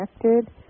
connected